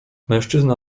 mężczyzna